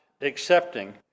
accepting